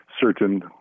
certain